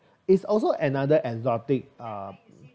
is also another exotic uh